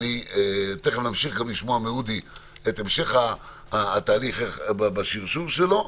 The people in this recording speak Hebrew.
תכף נמשיך לשמוע מאודי את המשך התהליך בשרשור שלו.